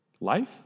life